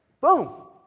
Boom